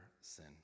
sin